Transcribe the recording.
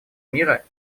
мира